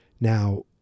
Now